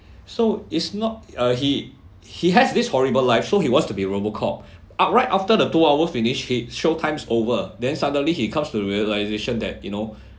so is not uh he he has this horrible life so he wants to be robocop outright after the two hour finished he showtime is over then suddenly he comes to realisation that you know